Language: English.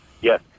Yes